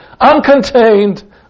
uncontained